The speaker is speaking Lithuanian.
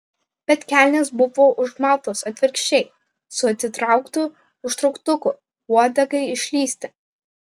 bet kelnės buvo užmautos atvirkščiai su atitrauktu užtrauktuku uodegai išlįsti